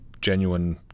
genuine